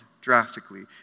drastically